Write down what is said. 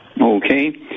Okay